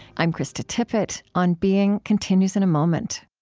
i'm krista tippett. on being continues in a moment